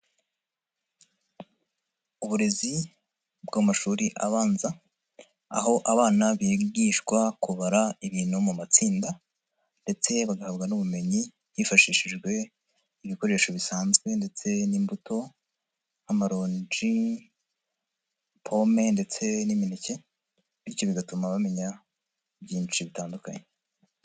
Uburezi bw'amashuri abanza aho abana bigishwa kubara ibintu mu matsinda ndetse bbagahabwa n'ubumenyi hifashishijwe ibikoresho bisanzwe ndetse n'imbuto, amaronji, pome ndetse n'imineke bityo bigatuma bamenya byinshi bitandukanye.